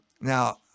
Now